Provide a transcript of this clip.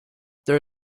there